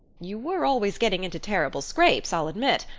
you were always getting into terrible scrapes, i'll admit,